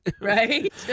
Right